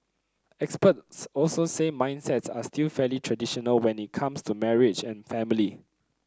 experts also say mindsets are still fairly traditional when it comes to marriage and family